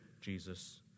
Jesus